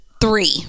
three